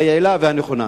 היעילה והנכונה.